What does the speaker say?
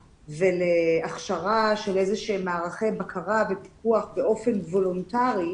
ולהכשרה של מערכי בקרה ופיקוח באופן וולנטרי,